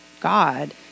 God